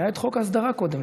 היה את חוק ההסדרה קודם,